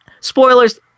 Spoilers